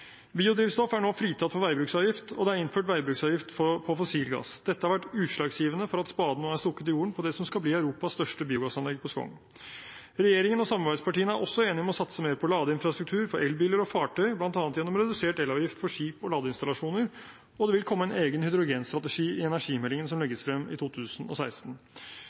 Biodrivstoff er nå fritatt for veibruksavgift, og det er innført veibruksavgift på fossil gass. Dette har vært utslagsgivende for at spaden nå er stukket i jorden på det som skal bli Europas største biogassanlegg på Skogn. Regjeringen og samarbeidspartiene er også enige om å satse mer på ladeinfrastruktur for elbiler og fartøyer bl.a. gjennom redusert elavgift for skip og ladeinstallasjoner, og det vil komme en egen hydrogenstrategi i energimeldingen som legges frem i 2016.